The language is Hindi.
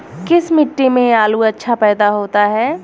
किस मिट्टी में आलू अच्छा पैदा होता है?